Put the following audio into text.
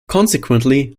consequently